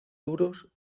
duros